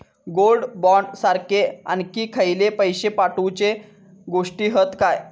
Gold bond सारखे आणखी खयले पैशे साठवूचे गोष्टी हत काय?